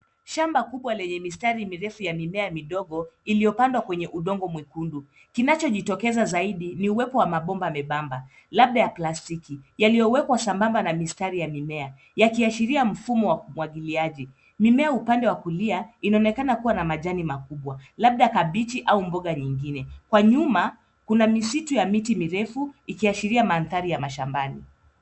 Shamba kubwa lenye mistari mirefu ya mimea midogo iliyopandwa kwenye udongo mwekundu. Kinachojitokeza zaidi ni uwepo wa mabomba membamba labda ya plastiki, yaliyowekwa sambamba na mistari ya mimea, yakiashiria mfumo wa umwagiliaji. Mimea upande wa kulia inaonekana kuwa na majani makubwa; labda kabichi au mboga lingine. Kwa nyuma kuna misitu ya miti mirefu ikiashiria mandhari ya mashambani.